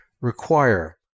require